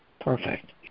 Perfect